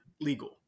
legal